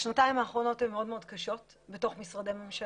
השנתיים האחרונות הן מאוד מאוד קשות בתוך משרדי הממשלה,